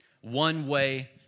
One-way